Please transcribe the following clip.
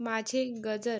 माझे गजर